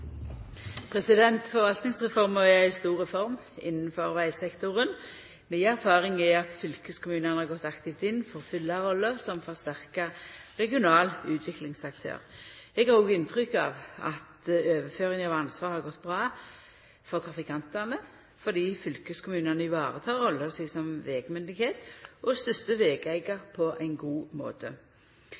Forvaltningsreforma er ei stor reform innafor vegsektoren. Mi erfaring er at fylkeskommunane har gått aktivt inn for å fylla rolla som forsterka regional utviklingsaktør. Eg har òg inntrykk av at overføringa av ansvaret har gått bra for trafikantane fordi fylkeskommunane varetek rolla si som vegmynde og største vegeigar på ein god måte.